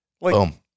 Boom